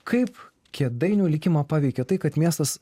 kaip kėdainių likimą paveikė tai kad miestas